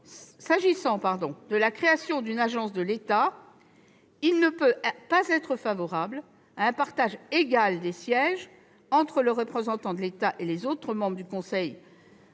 s'agissant de la création d'une agence de l'État, il ne peut pas être favorable à un partage égal des sièges entre les représentants de l'État et les autres membres du conseil